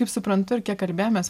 kaip suprantu ir kiek kalbėjomės